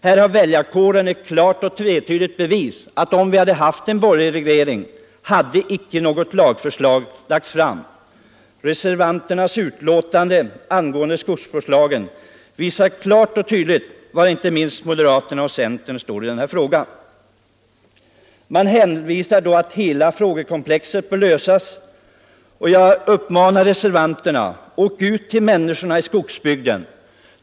Här har väljarkåren ett klart och otvetydigt bevis för att om de hade haft en borgerlig regering, hade något sådant lagförslag icke lagts fram. Reservanternas skrivning angående skogsvårdslagen visar klart och tydligt var de — inte minst moderaterna och centerpartisterna — står i den här frågan. De hänvisar till att hela frågekomplexet bör lösas samtidigt. Jag vill uppmana reservanterna att åka ut till människorna i skogsbygden.